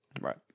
Right